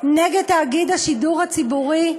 נגד תאגיד השידור הציבורי,